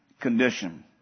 condition